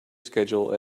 schedule